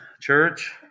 church